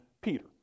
Peter